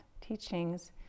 teachings